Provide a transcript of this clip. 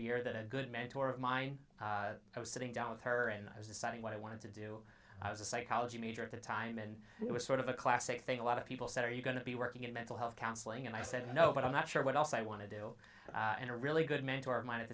year that a good mentor of mine i was sitting down with her and i was deciding what i wanted to do i was a psychology major at the time and it was sort of a classic thing a lot of people said are you going to be working in mental health counseling and i said no but i'm not sure what else i want to do and a really good mentor of mine at